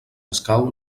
escau